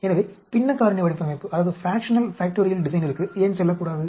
எனவே பின்ன காரணி வடிவமைப்பிற்கு ஏன் செல்லக்கூடாது